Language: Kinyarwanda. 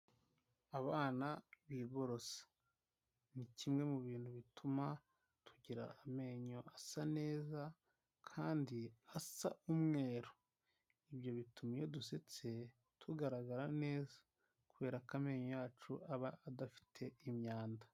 Abana biborosa, ni kimwe mu bintu bituma tugira amenyo asa neza kandi asa umweru, ibyo bituma iyo dusetse tugaragara neza kubera ko amenyo yacu aba adafite imyanda.